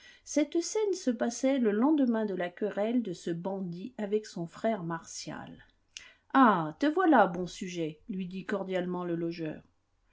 cette scène se passait le lendemain de la querelle de ce bandit avec son frère martial ah te voilà bon sujet lui dit cordialement le logeur